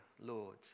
Lord